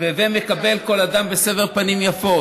ו"הווי מקבל כל אדם בסבר פנים יפות".